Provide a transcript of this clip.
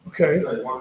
Okay